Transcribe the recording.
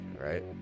right